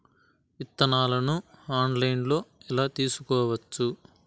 విత్తనాలను ఆన్లైన్లో ఎలా తీసుకోవచ్చు